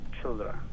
children